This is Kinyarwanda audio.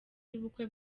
y’ubukwe